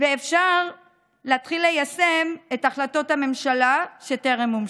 ואפשר להתחיל ליישם את החלטות הממשלה שטרם מומשו.